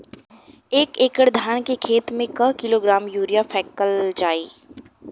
एक एकड़ धान के खेत में क किलोग्राम यूरिया फैकल जाई?